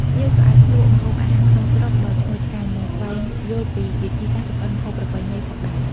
ភ្ញៀវក៏អាចភ្លក់ម្ហូបអាហារក្នុងស្រុកដ៏ឈ្ងុយឆ្ងាញ់ និងស្វែងយល់ពីវិធីសាស្រ្តចម្អិនម្ហូបប្រពៃណីផងដែរ។